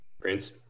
Prince